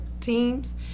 teams